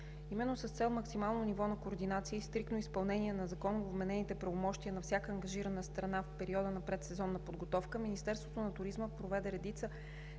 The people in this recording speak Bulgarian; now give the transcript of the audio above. Именно с цел максимално ниво на координация и стриктно изпълнение на законово вменените правомощия на всяка ангажирана страна в периода на предсезонна подготовка Министерството на туризма проведе редица